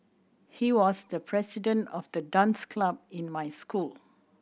he was the president of the dance club in my school